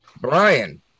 brian